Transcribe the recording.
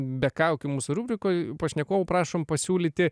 be kaukių mūsų rubrikoj pašnekovų prašom pasiūlyti